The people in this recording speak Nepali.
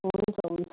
हुन्छ हुन्छ